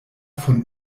von